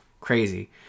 crazy